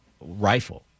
rifle